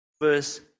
first